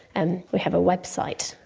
and we have a website,